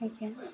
ଆଜ୍ଞା